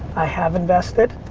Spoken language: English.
i have invested,